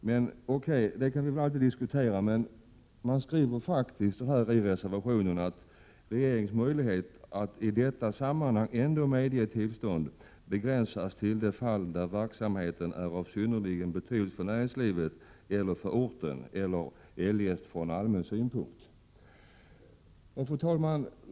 Nåväl, det kan vi alltid diskutera. Men reservanterna skriver faktiskt så här: ”Regeringens möjlighet att i detta sammanhang ändå medge tillstånd begränsas till de fall när verksamheten är av synnerlig betydelse för näringslivet eller för orten eller eljest från allmän synpunkt.” Fru talman!